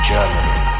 Germany